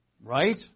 right